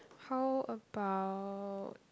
how about